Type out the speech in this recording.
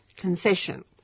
concession